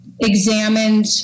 examined